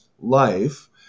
life